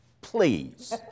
Please